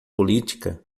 política